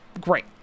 great